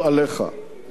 אדוני ראש הממשלה,